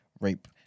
rape